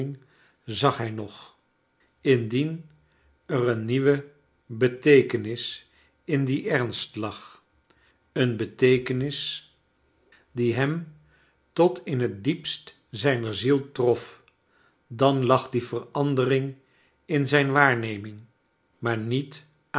zag hij nog indien er een nieuwe beteekenis in dien ernst lag een beteekenis die hem tot in het diepst zrjner ziel trof dan lag die verandering in zijn waarneming maar niet